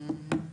כן.